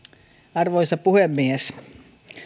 arvoisa puhemies